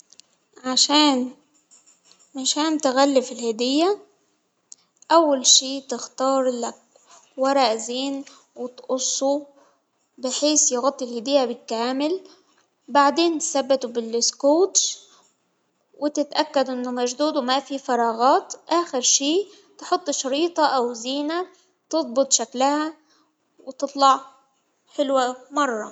عشان -عشان تغلف الهدية أول شيء تختار لك ورق زين وتقصه، بحيث يغطي الهدية بالكامل ،بعدين ثبتة بالإسكوتش وتتأكد أنه مشدود وما في فراغات، أخرشئ تحط خريطة أو زينة تظبط شكلها وتطلع حلوة مرة.